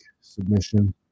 submission